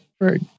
Right